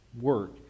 work